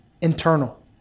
internal